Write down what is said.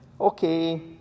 okay